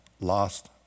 lost